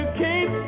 keep